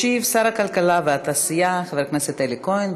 ישיב שר הכלכלה והתעשייה, חבר הכנסת אלי כהן.